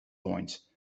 point